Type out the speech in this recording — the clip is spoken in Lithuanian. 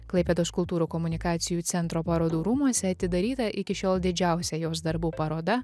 klaipėdos kultūrų komunikacijų centro parodų rūmuose atidaryta iki šiol didžiausia jos darbų paroda